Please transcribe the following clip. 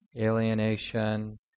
alienation